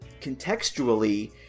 contextually